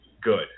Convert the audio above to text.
good